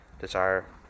desire